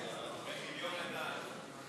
בכיליון עיניים.